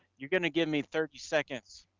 you're gonna give me thirty seconds.